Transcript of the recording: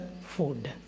food